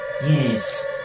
Yes